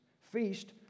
Feast